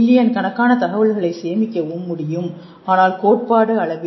billion கணக்கான தகவல்களை சேமிக்கவும் முடியும் ஆனால் கோட்பாட்டு அளவில்